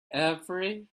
every